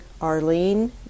Arlene